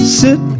sit